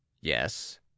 yes